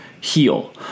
heal